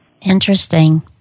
Interesting